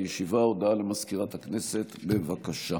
הודעה למזכירת הכנסת, בבקשה.